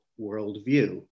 worldview